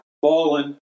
fallen